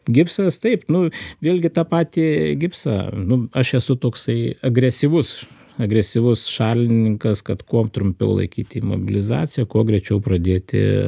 gipsas taip nu vėlgi tą patį gipsą nu aš esu toksai agresyvus agresyvus šalininkas kad kuo trumpiau laikyti imobilizaciją kuo greičiau pradėti